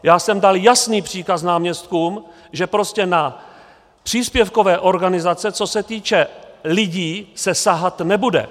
Já jsem dal jasný příkaz náměstkům, že prostě na příspěvkové organizace, co se týče lidí, se sahat nebude.